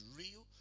real